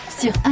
sur